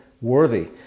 worthy